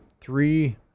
three